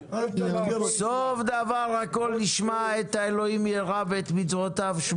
הטבות ותמריצים גם לגידול בלולי כלובים ולהרחבה בהשקעות חדשות